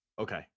Okay